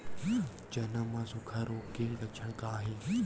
चना म सुखा रोग के लक्षण का हे?